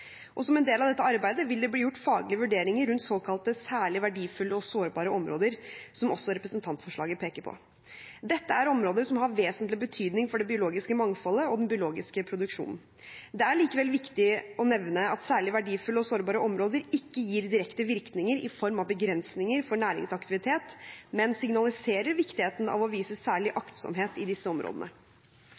og som en del av dette arbeidet vil det bli gjort faglige vurderinger av såkalte særlig verdifulle og sårbare områder, som også representantforslaget peker på. Dette er områder som har vesentlig betydning for det biologiske mangfoldet og den biologiske produksjonen. Det er likevel viktig å nevne at særlig verdifulle og sårbare områder ikke gir direkte virkninger i form av begrensninger for næringsaktivitet, men signaliserer viktigheten av å vise særlig aktsomhet i disse områdene.